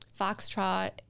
foxtrot